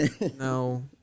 No